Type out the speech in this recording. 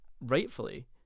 rightfully